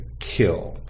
kill